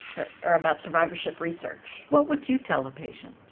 or about survivorship research. what would you tell a patient?